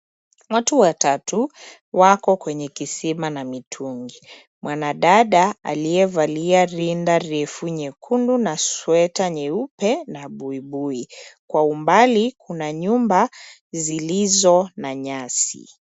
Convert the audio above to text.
Watu watatu wako kwenye kisima na mitungi. Mwanadada aliye valia rinda refu nyekundu na sweta nyeupe na buibui. Kwa umbali kuna nyumba zilizo na nyasi.